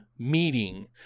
Meeting